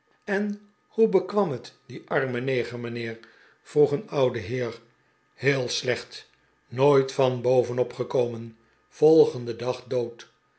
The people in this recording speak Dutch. en hoe bekwam het dien armen neger mijnheer vroeg een oude heer heel slecht nooit van bovenop gekomen volgenden dag dood